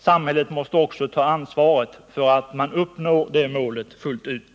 Samhället måste också ta ansvaret för att man uppnår det målet fullt ut.